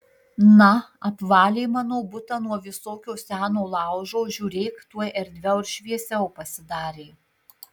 na apvalė mano butą nuo visokio seno laužo žiūrėk tuoj erdviau ir šviesiau pasidarė